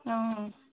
অঁ অঁ